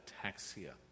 ataxia